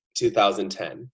2010